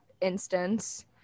instance